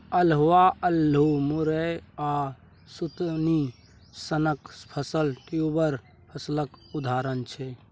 अल्हुआ, अल्लु, मुरय आ सुथनी सनक फसल ट्युबर फसलक उदाहरण छै